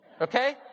Okay